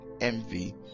envy